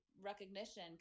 recognition